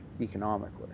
economically